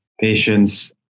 patients